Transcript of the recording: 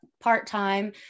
part-time